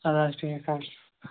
اَدٕ حظ ٹھیٖک حظ چھُ